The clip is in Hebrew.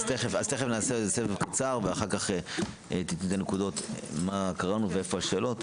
אז נעשה סבב קצר ואחר כך תיתני נקודות מה קראנו ואיפה השאלות.